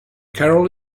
carol